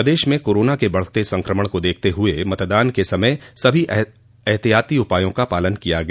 प्रदेश में कोरोना के बढ़ते संक्रमण को देखते हुए मतदान के समय सभी एहतियाती उपायों का पालन किया गया